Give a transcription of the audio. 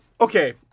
Okay